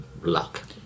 luck